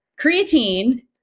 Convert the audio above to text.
creatine